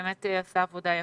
באמת עשה עבודה יפה.